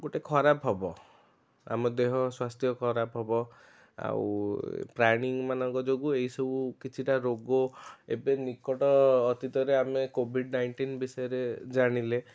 ଗୋଟେ ଖରାପ ହବ ଆମ ଦେହ ସ୍ୱାସ୍ଥ୍ୟ ଖରାପ ହବ ଆଉ ପ୍ରାଣୀମାନଙ୍କ ଯୋଗୁଁ ଏଇସବୁ କିଛିଟା ରୋଗ ଏବେ ନିକଟ ଅତୀତରେ ଆମେ କୋଭିଡ଼ ନାଇଣ୍ଟିନ୍ ବିଷୟରେ ଜାଣିଲେ